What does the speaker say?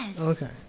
Okay